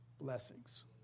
blessings